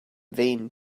vain